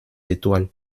étoiles